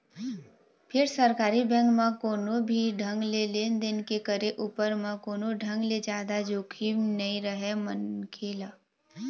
फेर सरकारी बेंक म कोनो भी ढंग ले लेन देन के करे उपर म कोनो ढंग ले जादा जोखिम नइ रहय मनखे ल